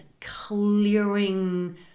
clearing